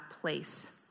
place